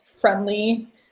friendly